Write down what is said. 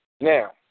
Now